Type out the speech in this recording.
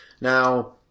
now